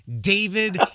David